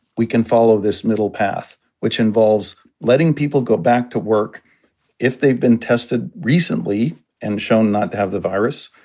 we can follow this middle path, which involves letting people go back to work if they've been tested recently and shown not to have the virus,